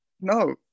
No